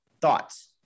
thoughts